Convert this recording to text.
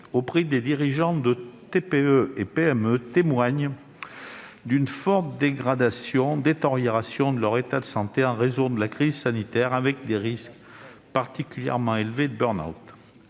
auprès de dirigeants de TPE et de PME témoignent d'une forte détérioration de leur état de santé en raison de la crise sanitaire, avec des risques particulièrement élevés de burn-out.